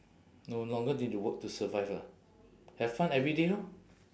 no longer need to work to survive ah have fun every day lor